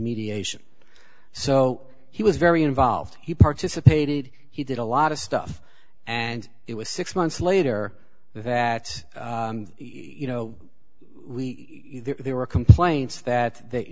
mediation so he was very involved he participated he did a lot of stuff and it was six months later that you know there were complaints that